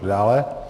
Dále.